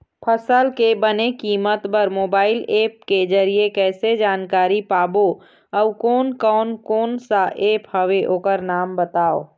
फसल के बने कीमत बर मोबाइल ऐप के जरिए कैसे जानकारी पाबो अउ कोन कौन कोन सा ऐप हवे ओकर नाम बताव?